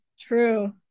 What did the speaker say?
true